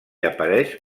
apareix